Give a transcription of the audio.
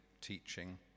teaching